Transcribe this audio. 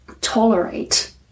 tolerate